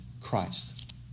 Christ